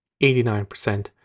89%